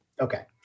Okay